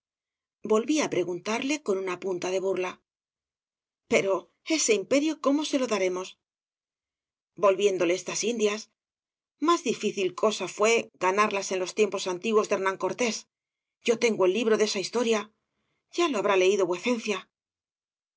volví á preguntarle con una punta de burla pero ese imperio cómo se lo daremos volviéndole estas indias más difícil cosa fué ganarlas en los tiempos antiguos de hernán cortés yo tengo el libro de esa historia ya lo habrá leído vuecencia